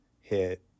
hit